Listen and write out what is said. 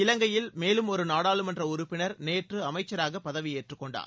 இலங்கையில் மேலும் ஒரு நாடாளுமன்ற உறுப்பினர் நேற்று அமைச்சராக பதவியேற்றுக்கொண்டார்